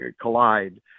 collide